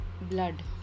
blood